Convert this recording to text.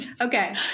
Okay